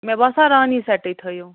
مےٚ باسان رانی سیٚٹٕے تھٲیو